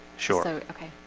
sure?